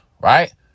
right